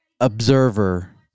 observer